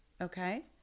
okay